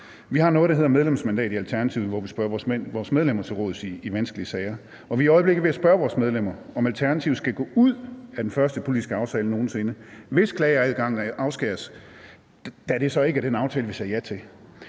Vi har noget, der hedder medlemsmandat i Alternativet, hvor vi spørger vores medlemmer til råds i vanskelige sager, og vi er i øjeblikket ved at spørge vores medlemmer, om Alternativet skal gå ud af den første politiske aftale nogen sinde, hvis klageadgangen afskæres, da det så ikke er den aftale, vi sagde ja til.